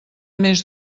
més